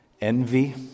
envy